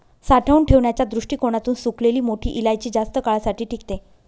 साठवून ठेवण्याच्या दृष्टीकोणातून सुकलेली मोठी इलायची जास्त काळासाठी टिकते